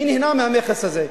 מי נהנה מהמכס הזה?